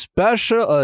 Special